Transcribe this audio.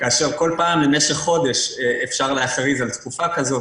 כאשר כל פעם למשך חודש אפשר להכריז על תקופה כזו,